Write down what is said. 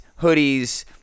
hoodies